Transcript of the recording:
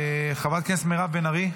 חברת הכנסת מירב בן ארי,